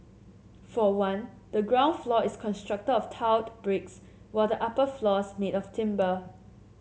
for one the ground floor is constructed of tiled bricks while the upper floors made of timber